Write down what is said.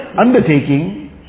undertaking